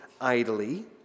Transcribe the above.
idly